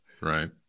Right